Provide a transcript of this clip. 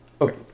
okay